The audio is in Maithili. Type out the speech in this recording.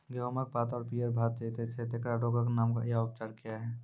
गेहूँमक पात पीअर भअ जायत छै, तेकरा रोगऽक नाम आ उपचार क्या है?